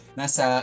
nasa